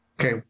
Okay